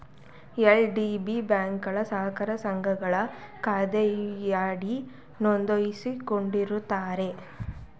LDB ಬ್ಯಾಂಕ್ಗಳು ಸಹಕಾರಿ ಸಂಘಗಳ ಕಾಯ್ದೆಯಡಿ ನೊಂದಾಯಿಸಿಕೊಂಡಿರುತ್ತಾರೆ